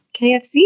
KFC